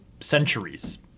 centuries